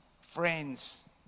friends